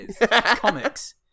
Comics